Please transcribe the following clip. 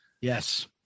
Yes